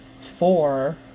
four